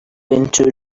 into